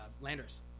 Landers